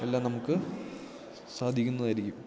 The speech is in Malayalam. എല്ലാം നമുക്ക് സാധിക്കുന്നതായിരിക്കും